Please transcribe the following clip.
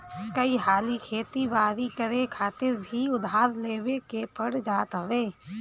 कई हाली खेती बारी करे खातिर भी उधार लेवे के पड़ जात हवे